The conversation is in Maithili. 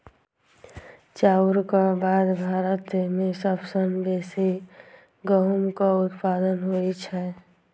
चाउरक बाद भारत मे सबसं बेसी गहूमक उत्पादन होइ छै